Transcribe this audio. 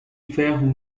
ferro